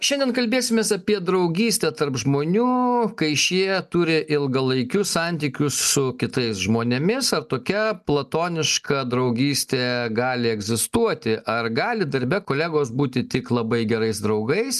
šiandien kalbėsimės apie draugystę tarp žmonių kai šie turi ilgalaikius santykius su kitais žmonėmis ar tokia platoniška draugystė gali egzistuoti ar gali darbe kolegos būti tik labai gerais draugais